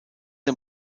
der